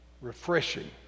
refreshing